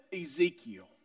Ezekiel